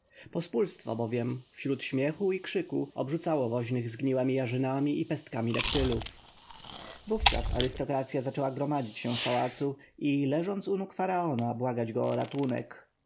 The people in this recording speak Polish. pospólstwo bowiem wśród śmiechu i krzyku obrzucało woźnych zgniłemi jarzynami i pestkami daktylów wówczas arystokracja zaczęła gromadzić się w pałacu i leżąc u nóg faraona błagać go o ratunek